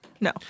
No